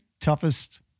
toughest